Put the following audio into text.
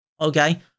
Okay